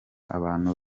abantu